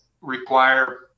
require